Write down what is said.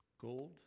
gold